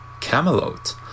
Camelot